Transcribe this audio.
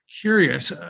curious